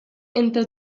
entre